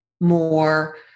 more